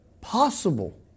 possible